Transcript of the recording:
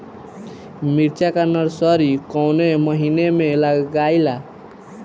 मिरचा का नर्सरी कौने महीना में लागिला?